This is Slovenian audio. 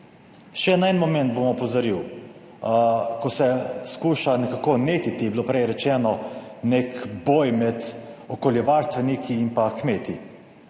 Še na en moment bom opozoril, ko se skuša nekako netiti, je bilo prej rečeno, nek boj med okoljevarstveniki in pa kmeti.